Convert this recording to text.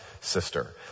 sister